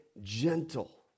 gentle